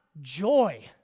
joy